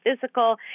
physical